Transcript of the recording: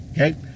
Okay